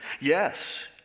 Yes